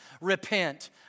repent